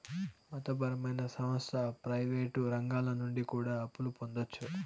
మత పరమైన సంస్థ ప్రయివేటు రంగాల నుండి కూడా అప్పులు పొందొచ్చు